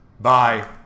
Bye